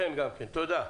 תודה.